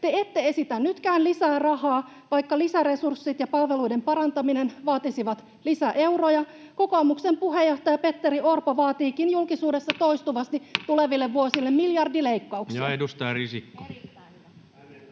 Te ette esitä nytkään lisää rahaa, vaikka lisäresurssit ja palveluiden parantaminen vaatisivat lisäeuroja. Kokoomuksen puheenjohtaja Petteri Orpo vaatiikin julkisuudessa toistuvasti tuleville vuosille miljardileikkauksia. [Ben Zyskowicz: